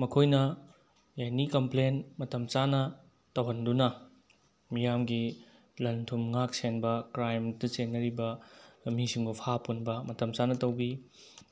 ꯃꯈꯣꯏꯅ any complain ꯃꯇꯝ ꯆꯥꯅ ꯇꯧꯍꯟꯗꯨꯅ ꯃꯤꯌꯥꯝꯒꯤ ꯂꯟ ꯊꯨꯝ ꯉꯥꯛ ꯁꯦꯟꯕ ꯀ꯭ꯔꯥꯏꯝꯗ ꯆꯦꯟꯅꯔꯤꯕ ꯃꯤꯁꯤꯡꯕꯨ ꯐꯥ ꯄꯨꯟꯕ ꯃꯇꯝ ꯆꯥꯅ ꯇꯧꯕꯤ